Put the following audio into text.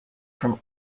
from